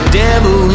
devil